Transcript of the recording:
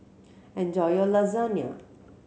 enjoy your Lasagne